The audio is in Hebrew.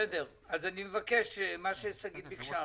בסדר, אז אני מבקש מה ששגית ביקשה.